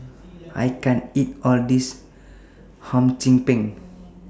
I can't eat All of This Hum Chim Peng